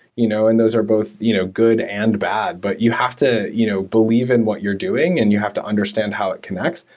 you know and those are both you know good and bad. but you have you know believe in what you're doing and you have to understand how it connects.